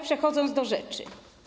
Przechodzę do rzeczy.